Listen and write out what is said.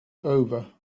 over